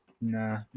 Nah